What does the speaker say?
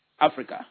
Africa